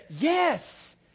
Yes